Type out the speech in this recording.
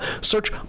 Search